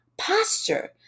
posture